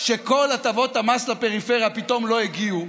שכל הטבות המס לפריפריה פתאום לא הגיעו,